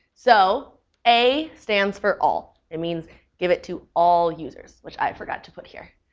so a stands for all. it means give it to all users, which i forgot to put here.